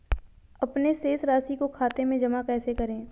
अपने शेष राशि को खाते में जमा कैसे करें?